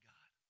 God